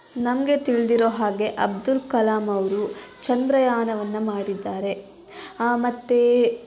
ನಮಗೆ ತಿಳಿದಿರೋ ಹಾಗೆ ಅಬ್ದುಲ್ ಕಲಾಂ ಅವರು ಚಂದ್ರಯಾನವನ್ನು ಮಾಡಿದ್ದಾರೆ ಮತ್ತು